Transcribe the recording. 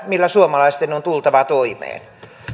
millä suomalaisten on tultava toimeen